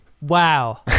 Wow